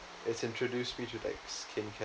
it's introduced me to like skin care